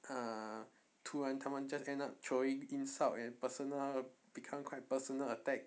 ah 突然他们 just end up throwing insult and personal become quite personal attack